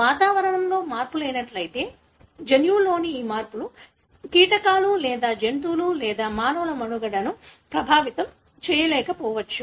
వాతావరణంలో మార్పు లేనట్లయితే జన్యువులోని ఈ మార్పులు కీటకాలు లేదా జంతువులు లేదా మానవుల మనుగడను ప్రభావితం చేయకపోవచ్చు